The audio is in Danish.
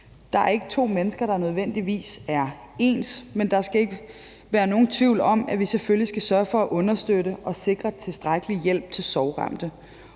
Der er ikke to mennesker, der nødvendigvis er ens, men der skal ikke være nogen tvivl om, at vi selvfølgelig skal sørge for at understøtte og sikre tilstrækkelig hjælp til sorgramte.